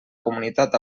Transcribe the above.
comunitat